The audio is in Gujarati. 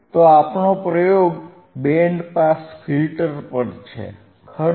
તો આપણો પ્રયોગ બેન્ડ પાસ ફિલ્ટર પર છે ખરું